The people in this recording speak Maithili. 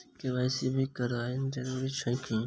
के.वाई.सी करानाइ जरूरी अछि की?